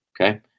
Okay